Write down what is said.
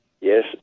Yes